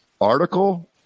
Article